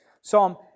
Psalm